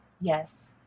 yes